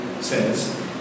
says